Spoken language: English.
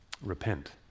Repent